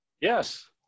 Yes